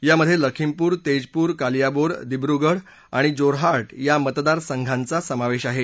यामधे लखीमपुर तेजपूर कालीयाबोर दिब्रगढ आणि जोरहाट या मतदार संघांचा समावेश आहेत